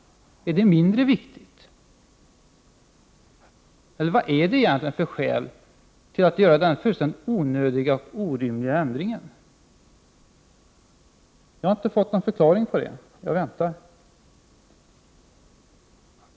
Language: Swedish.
Är det mindre viktigt, eller vad finns det egentligen för skäl till att göra denna fullständigt onödiga och orimliga ändring? Jag har inte fått någon förklaring till det — jag väntar.